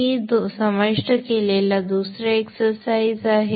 मी समाविष्ट केलेला दुसरा एक्सरसाइज हा आहे